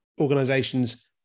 organizations